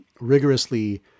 rigorously